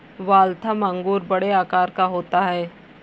Waltham अंगूर बड़े आकार का होता है